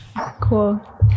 Cool